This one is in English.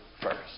first